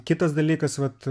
kitas dalykas vat